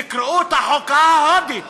תקראו את החוקה ההודית,